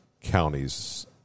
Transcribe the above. counties